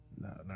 No